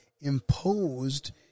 imposed